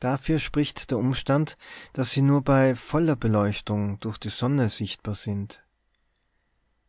dafür spricht der umstand daß sie nur bei voller beleuchtung durch die sonne sichtbar sind